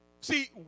See